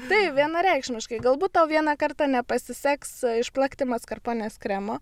taip vienareikšmiškai galbūt tau vieną kartą nepasiseks išplakti maskarponės kremo